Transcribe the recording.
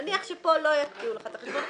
נניח שפה לא יקפיאו לך את החשבון,